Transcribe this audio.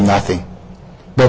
nothing but